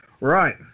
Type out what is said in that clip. Right